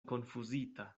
konfuzita